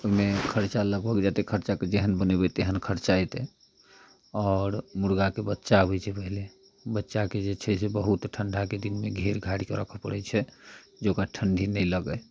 ओहिमे खर्चा लगभग जतेक खर्चाके जेहन बनेबै तेहन खर्चा एतै आओर मुर्गाके बच्चा होइत छै पहिले बच्चाके जे छै से बहुत ठण्डाके दिन घेर घारिके रखऽ पड़ैत छै जे ओकरा ठण्डी नहि लगै